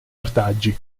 ortaggi